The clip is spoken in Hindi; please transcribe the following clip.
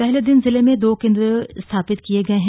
पहले दिन जिले में दो केन्द्र स्थापित किये गये हैं